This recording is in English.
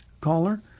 caller